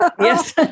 Yes